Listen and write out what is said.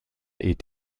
est